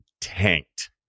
tanked